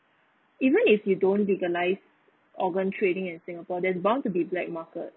even if you don't legalise organ trading in singapore there's bound to be black market